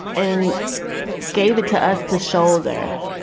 and gave it to us to shoulder.